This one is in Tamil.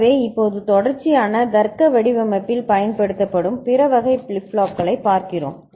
எனவே இப்போது தொடர்ச்சியான தர்க்க வடிவமைப்பில் பயன்படுத்தப்படும் பிற வகை ஃபிளிப் பிளாப்களைப் பார்க்கிறோம்